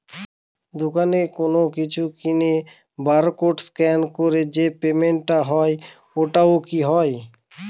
দোকানে কোনো কিছু কিনে বার কোড স্ক্যান করে যে পেমেন্ট টা হয় ওইটাও কি হয়?